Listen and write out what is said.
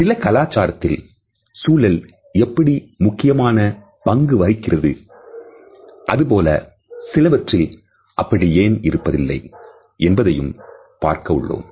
சில கலாச்சாரத்தில் சூழல் எப்படி முக்கியமான பங்கு வகிக்கிறது அதுபோல சிலவற்றில் அப்படி ஏன் இருப்பதில்லை என்பதையும் பார்க்க உள்ளோம்